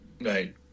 Right